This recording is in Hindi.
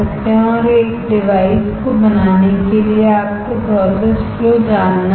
और एक डिवाइस को बनाने के लिए आपको प्रोसेस फ्लो जानना चाहिए